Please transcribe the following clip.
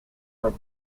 was